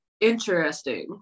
interesting